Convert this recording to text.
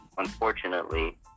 unfortunately